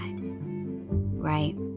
right